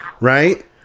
right